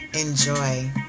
Enjoy